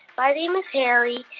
my name is harry.